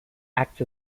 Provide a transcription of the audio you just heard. acts